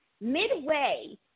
midway